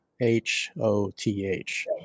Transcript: H-O-T-H